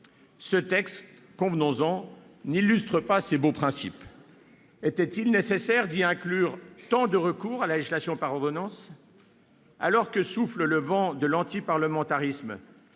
texte, convenons-en, n'illustre pas ces beaux principes. Était-il nécessaire d'y inclure tant de recours à la législation par ordonnance ? Alors que souffle le vent de l'antiparlementarisme,